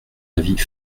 avis